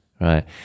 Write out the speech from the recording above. right